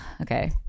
Okay